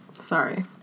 sorry